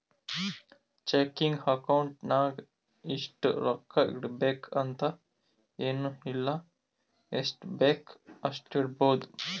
checking account ನಾಗ್ ಇಷ್ಟೇ ರೊಕ್ಕಾ ಇಡಬೇಕು ಅಂತ ಎನ್ ಇಲ್ಲ ಎಷ್ಟಬೇಕ್ ಅಷ್ಟು ಇಡ್ಬೋದ್